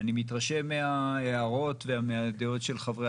אני מתרשם מההערות ומהדעות של חברי